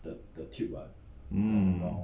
hmm